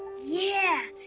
yeah.